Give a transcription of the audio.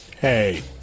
Hey